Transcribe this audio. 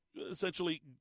essentially